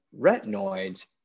retinoids